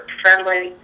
friendly